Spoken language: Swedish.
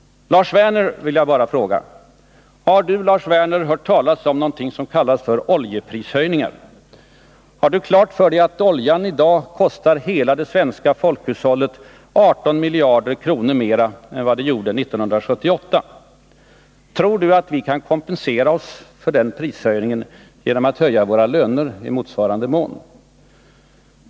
Lars Werner vill jag bara fråga: Har du Lars Werner hört talas om någonting som kallas oljeprishöjningar? Har du klart för dig att oljan i dag kostar det svenska folkhushållet 18 miljarder mer än vad den gjorde 1978? Tror du att vi kan kompensera oss för den prishöjningen genom att höja våra löner i motsvarande mån?